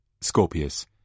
Scorpius